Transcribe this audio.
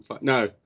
No